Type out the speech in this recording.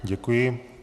Děkuji.